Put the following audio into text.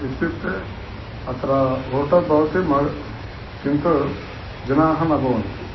इत्युक्ते अत्र ओटर् भवति माकिन्तु जनाः न भवन्ति